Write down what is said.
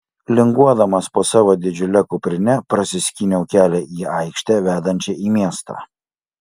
linguodamas po savo didžiule kuprine prasiskyniau kelią į aikštę vedančią į miestą